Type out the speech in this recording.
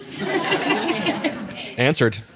Answered